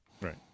Right